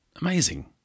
Amazing